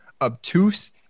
obtuse